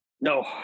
no